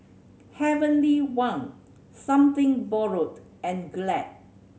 Heavenly Wang Something Borrowed and Glad